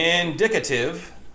indicative